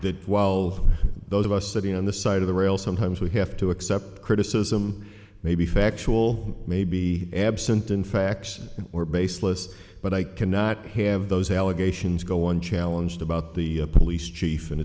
while those of us sitting on the side of the rail sometimes we have to accept criticism may be factual may be absent infection or baseless but i cannot have those allegations go unchallenged about the police chief and